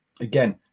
again